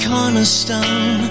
Cornerstone